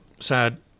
sad